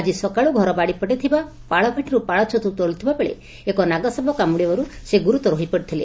ଆକି ସକାଳୁ ଘର ବାଡ଼ିପଟେ ଥିବା ପାଳ ଭାଟିରୁ ପାଳ ଛତୁ ତୋଳୁଥିବା ବେଳେ ଏକ ନାଗସାପ କାମୁଡ଼ିବାରୁ ସେ ଗୁରୁତର ହୋଇପଡ଼ିଥିଲେ